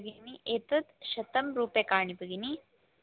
भगिनि एतत् शतं रूप्यकाणि भगिनि